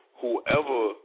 whoever